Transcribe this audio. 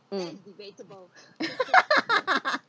mm